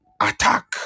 attack